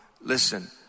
Listen